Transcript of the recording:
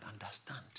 understand